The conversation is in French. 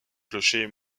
clochers